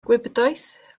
gwibdaith